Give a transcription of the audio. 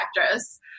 actress